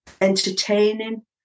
entertaining